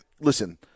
listen